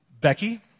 Becky